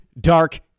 dark